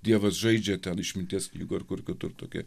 dievas žaidžia ten išminties knygoj ar kur kitur tokie